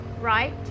right